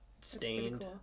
stained